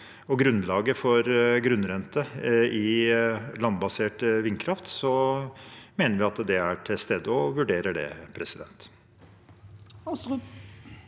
og grunnlaget for grunnrente i landbasert vindkraft, mener vi at det er til stede, og vurderer det. Nikolai